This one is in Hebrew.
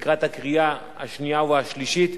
לקראת הקריאה השנייה והשלישית,